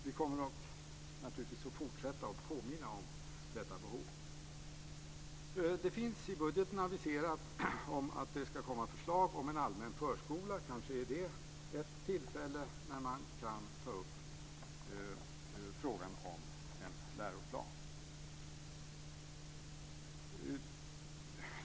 Vi kommer dock naturligtvis att fortsätta påminna om detta behov. Det finns i budgeten aviserat att det ska komma förslag om en allmän förskola. Kanske är det ett tillfälle då man kan ta upp frågan om en läroplan.